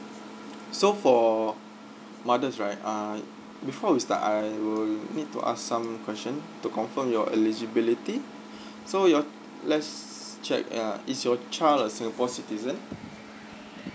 so for mothers right uh before we start I will need to ask some question to confirm your eligibility so your let's check uh is your child a singapore citizen